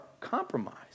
compromised